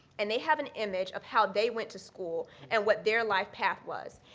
and they have an image of how they went to school and what their life path was.